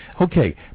Okay